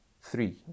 three